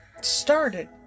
started